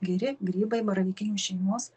geri grybai baravykinių šeimos